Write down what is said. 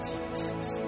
Jesus